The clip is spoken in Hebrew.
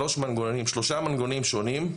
שלושה מנגנונים שונים,